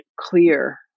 clear